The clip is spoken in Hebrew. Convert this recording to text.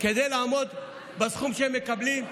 כדי לעמוד בסכום שהם מקבלים.